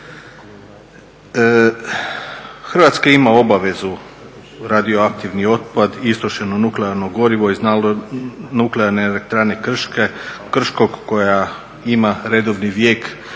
Hrvatska ima obavezu radioaktivni otpad, istrošeno nuklearno gorivo … nuklearne elektrane Krškog koja ima redovni vijek